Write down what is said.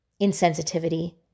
insensitivity